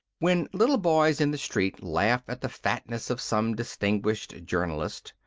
when little boys in the street laugh at the fatness of some distinguished journalist,